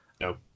No